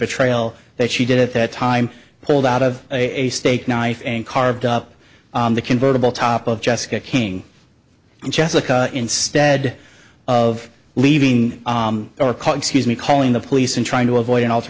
betrayal that she did at that time pulled out of a steak knife and carved up the convertible top of jessica king and jessica instead of leaving or call excuse me calling the police and trying to avoid an al